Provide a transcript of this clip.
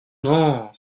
non